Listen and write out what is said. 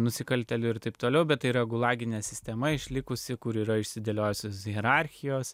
nusikaltėlių ir taip toliau bet yra gulaginė sistema išlikusi kur yra išsidėliojusios hierarchijos